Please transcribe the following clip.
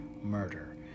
murder